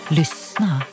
lyssna